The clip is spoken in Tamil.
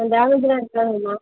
டேமேஜெலாம் இருக்காது மா